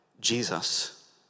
Jesus